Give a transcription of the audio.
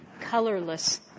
colorless